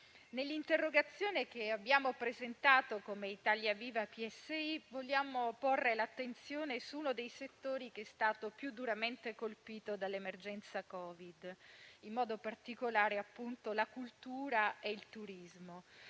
nell'interrogazione che abbiamo presentato come Gruppo Italia Viva-PSI vogliamo porre l'attenzione su uno dei settori che è stato più duramente colpito dall'emergenza Covid, in modo particolare la cultura e il turismo.